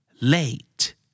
Late